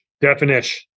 Definition